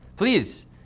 Please